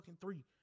three